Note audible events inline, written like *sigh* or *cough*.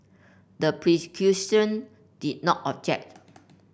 the *unintelligible* did not object